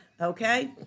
Okay